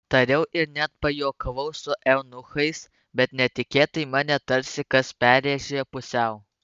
tariau ir net pajuokavau su eunuchais bet netikėtai mane tarsi kas perrėžė pusiau